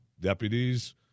deputies